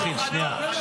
לפני שאתה מתחיל, שנייה.